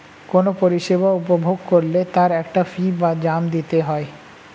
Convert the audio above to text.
কোনো পরিষেবা উপভোগ করলে তার একটা ফী বা দাম দিতে হয়